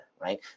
right